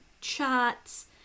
charts